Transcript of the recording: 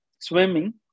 swimming